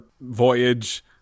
voyage